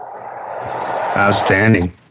Outstanding